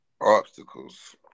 Obstacles